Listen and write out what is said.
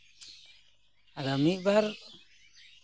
ᱟᱫᱚ ᱢᱤᱫ ᱵᱟᱨ